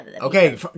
okay